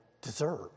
deserve